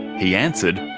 he answered,